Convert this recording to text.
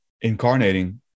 incarnating